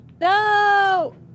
No